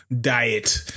diet